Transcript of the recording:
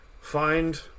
find